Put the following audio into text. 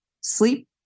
sleep